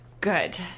Good